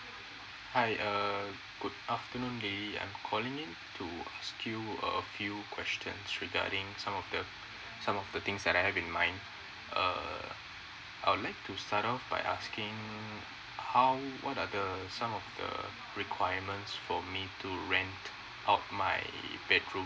hi uh good afternoon lily I'm calling in to ask you a few questions regarding some of the some of the things that I have in mind uh uh I would like to start off by asking how what are the some of the requirements for me to rent out my bedroom